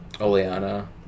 Oleana